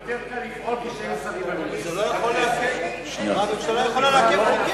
יותר קל לפעול כשאין שרים, הממשלה יכולה לעכב.